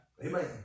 Amen